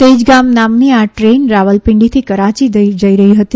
તેજગામ નામની આ ટ્રેન રાવલપીંડીથી કરાંચી જઇ રહી હતી